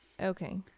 Okay